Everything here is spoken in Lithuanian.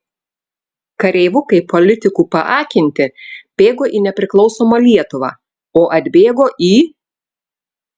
kareivukai politikų paakinti bėgo į nepriklausomą lietuvą o atbėgo į